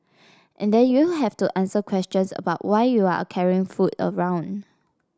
and then you have to answer questions about why you are carrying food around